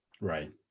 right